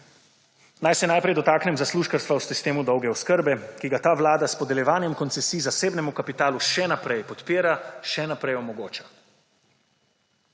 Naj se najprej dotaknem zaslužkarstva v sistemu dolge oskrbe, ki ga ta vlada s podeljevanjem koncesij zasebnemu kapitalu še naprej podpira, še naprej omogoča.